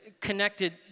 connected